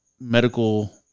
medical